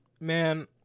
Man